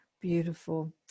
beautiful